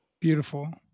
Beautiful